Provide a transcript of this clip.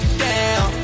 down